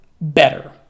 better